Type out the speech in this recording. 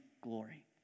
glory